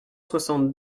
soixante